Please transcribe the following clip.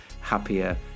happier